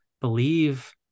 believe